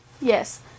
Yes